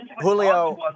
Julio